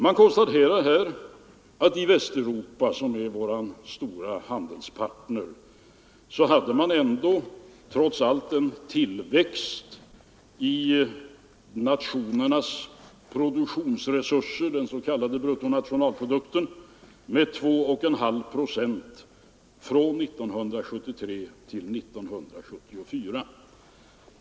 Det konstateras i denna rapport att i Västeuropa, som är vår stora handelspartner, hade man trots allt en tillväxt i nationernas produktionsresurser, den s.k. bruttonationalprodukten, med 2,5 procent från 1973 till 1974.